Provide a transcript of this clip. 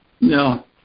No